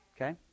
Okay